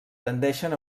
tendeixen